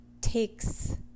takes